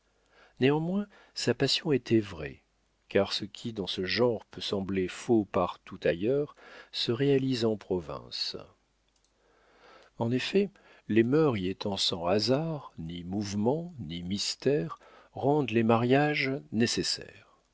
néanmoins sa passion était vraie car ce qui dans ce genre peut sembler faux partout ailleurs se réalise en province en effet les mœurs y étant sans hasards ni mouvement ni mystère rendent les mariages nécessaires